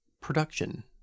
Production